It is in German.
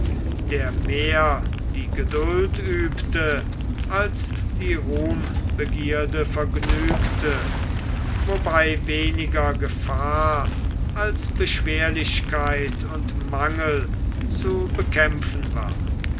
der mehr die geduld übte als die ruhmbegierde vergnügte wobei weniger gefahr als beschwerlichkeit und mangel zu bekämpfen war